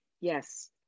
Yes